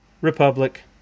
Republic